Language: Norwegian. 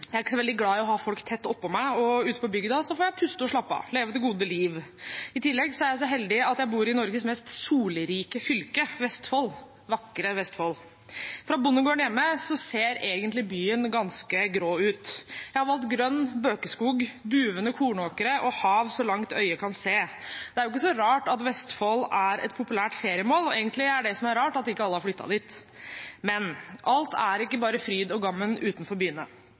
Jeg er ikke så veldig glad i å ha folk tett innpå meg. Ute på bygda får jeg puste og slappe av, leve det gode liv. I tillegg er jeg så heldig at jeg bor i Norges mest solrike fylke, Vestfold – vakre Vestfold. Fra bondegården hjemme ser byen egentlig ganske grå ut. Jeg har valgt grønn bøkeskog, duvende kornåkrer og hav så langt øyet kan se. Det er ikke så rart at Vestfold er et populært feriemål – egentlig er det rart at ikke alle har flyttet dit. Men alt er ikke bare fryd og gammen utenfor byene.